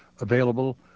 available